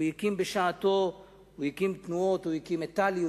הוא הקים בשעתו תנועות: הוא הקים את תל"י,